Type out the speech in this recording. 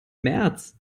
märz